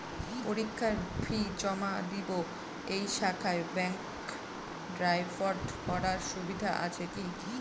পরীক্ষার ফি জমা দিব এই শাখায় ব্যাংক ড্রাফট করার সুবিধা আছে কি?